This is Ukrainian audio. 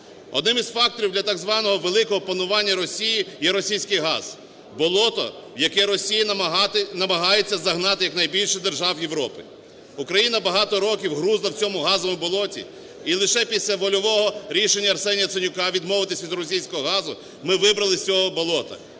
Одним із факторів для так званого великого панування Росії є російський газ - болото, в яке Росія намагається загнати якнайбільш держав Європі. Україна багато років грузла в цьому газовому болоті і лише після вольового рішення Арсенія Яценюка відмовитись в російського газу ми вибрались з цього болота.